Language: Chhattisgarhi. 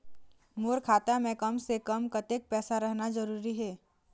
मोर खाता मे कम से से कम कतेक पैसा रहना जरूरी हे?